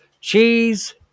cheese